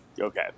Okay